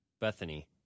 Bethany